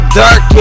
dark